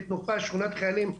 תנופה של שכונת חיילים,